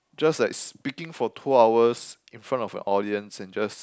just like speaking for two hours in front of an audience and just